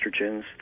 estrogens